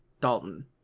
Dalton